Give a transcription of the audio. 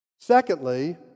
Secondly